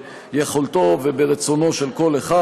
ביכולתו וברצונו של כל אחד.